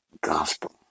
gospel